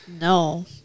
No